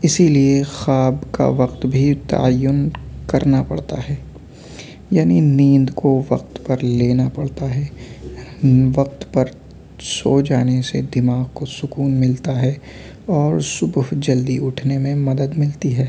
اسی لیے خواب کا وقت بھی تعین کرنا پڑتا ہے یعنی نیند کو وقت پر لینا پڑتا ہے وقت پر سو جانے سے دماغ کو سکون ملتا ہے اور صبح جلدی اٹھنے میں مدد ملتی ہے